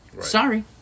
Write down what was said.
sorry